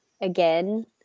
again